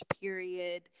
period